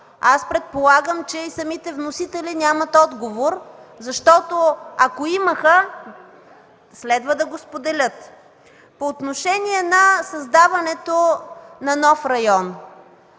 Аз предполагам, че и самите вносители нямат отговор, защото ако имаха, следва да го споделят. По отношение на създаването на нов район,